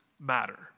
matter